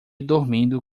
dormindo